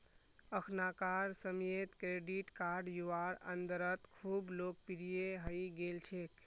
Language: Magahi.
अखनाकार समयेत क्रेडिट कार्ड युवार अंदरत खूब लोकप्रिये हई गेल छेक